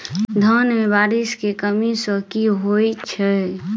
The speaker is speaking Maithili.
धान मे बारिश केँ कमी सँ की होइ छै?